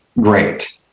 great